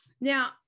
Now